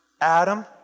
Adam